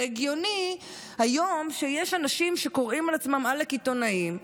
זה הגיוני היום שיש אנשים שקוראים לעצמם עלק עיתונאים,